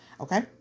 Okay